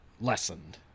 lessened